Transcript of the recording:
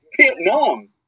vietnam